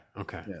Okay